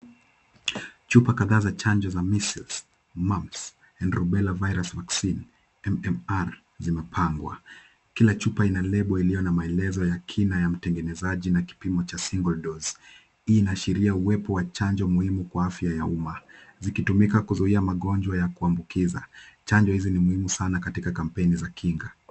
Chupa kadhaa za chanjo za measles, mumps, and rubella virus vaccine MMR , zimepangwa. Kila chupa ina lebo iliyo na maelezo ya kina ya mtengenezaji na kipimo cha cs]single dose . Hii inaashiria uwepo wa chanjo muhimu kwa afya ya umma. Zikitumika kuzuia magonjwa ya kuambukiza, chanjo hizi ni muhimu sana katika kampeni za kinga.